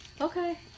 Okay